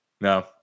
No